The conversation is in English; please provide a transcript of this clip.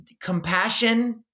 compassion